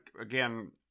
again